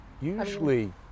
usually